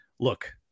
look